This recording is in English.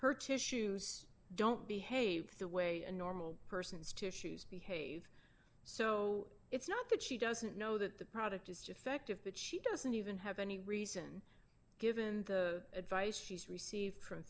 her tissues don't behave the way a normal person's tissues behave so it's not that she doesn't know that the product is defective but she doesn't even have any reason given the advice she's received from